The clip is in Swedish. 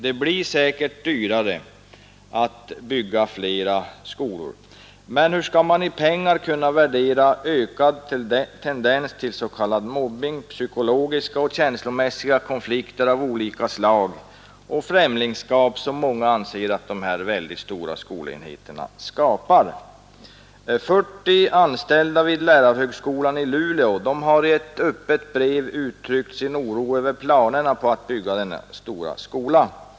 Det blir säkert dyrare att bygga fler mindre skolor, men hur skall man i pengar kunna värdera ökad tendens till s.k. mobbning, psykologiska och känslomässiga konflikter av olika slag och ett främlingskap som många anser att de här väldigt stora skolenheterna skapar? I ett öppet brev har 40 anställda vid lärarhögskolan i Luleå uttryckt sin oro över planerna på att bygga denna stora skola.